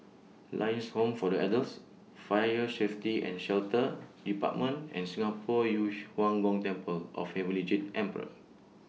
Lions Home For The Elders Fire Safety and Shelter department and Singapore Yu Huang Gong Temple of Heavenly Jade Emperor